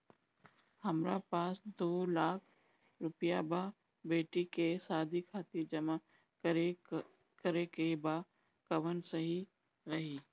हमरा पास दू लाख रुपया बा बेटी के शादी खातिर जमा करे के बा कवन सही रही?